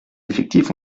effectifs